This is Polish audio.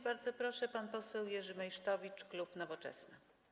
Bardzo proszę, pan poseł Jerzy Meysztowicz, klub Nowoczesna.